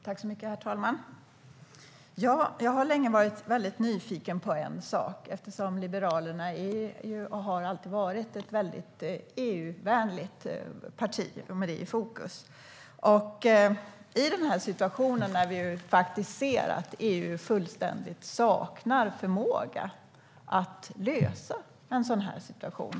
Herr talman! Jag har länge varit nyfiken på en sak. Liberalerna är och har alltid varit ett EU-vänligt parti, med EU i fokus. Nu kan vi se att EU helt saknar förmåga att lösa en sådan här situation.